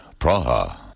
Praha